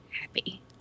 happy